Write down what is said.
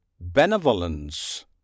benevolence